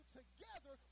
together